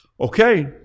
Okay